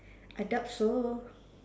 I doubt so